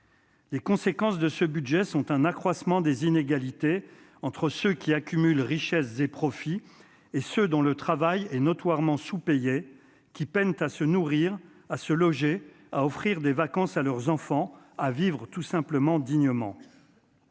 Les conséquences de ce budget sont un accroissement des inégalités entre ceux qui accumulent richesse des profits et ce dont le travail est notoirement sous-payés qui peine à se nourrir à se loger à offrir des vacances à leurs enfants à vivre tout simplement dignement